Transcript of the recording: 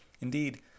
Indeed